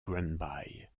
granby